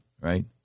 right